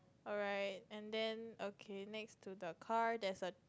alright and then okay next to the car that's a